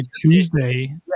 Tuesday